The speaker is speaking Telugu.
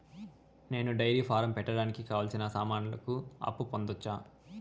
నేను డైరీ ఫారం పెట్టడానికి కావాల్సిన సామాన్లకు అప్పు పొందొచ్చా?